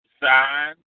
sign